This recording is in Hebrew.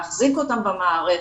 להחזיק אותם במערכת,